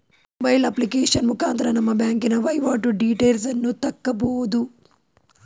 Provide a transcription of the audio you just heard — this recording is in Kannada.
ಮೊಬೈಲ್ ಅಪ್ಲಿಕೇಶನ್ ಮುಖಾಂತರ ನಮ್ಮ ಬ್ಯಾಂಕಿನ ವೈವಾಟು ಡೀಟೇಲ್ಸನ್ನು ತಕ್ಕಬೋದು